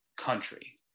country